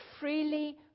freely